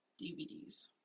DVDs